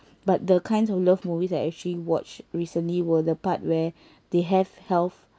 but the kinds of love movies I actually watched recently were the part where they have health